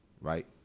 right